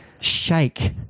shake